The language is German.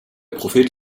prophet